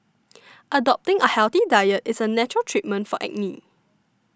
adopting a healthy diet is a natural treatment for acne